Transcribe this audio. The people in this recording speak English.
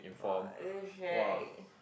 !wah! damn shag